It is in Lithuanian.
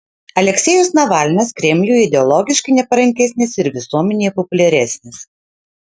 aleksejus navalnas kremliui ideologiškai neparankesnis ir visuomenėje populiaresnis